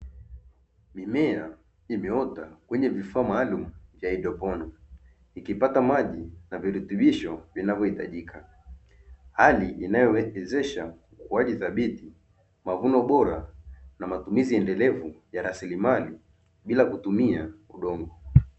Mimea imeota kwenye vifaa maalumu vya kihaidroponi. Ikipata maji na virutubisho vinavyohitajika. Hali inayowezesha ukuaji thabiti, mavuno na matumizi endelevu ya rasilimali bila kutumia udongo.